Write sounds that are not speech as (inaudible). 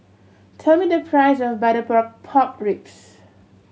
tell me the price of butter (unintelligible) pork ribs